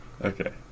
Okay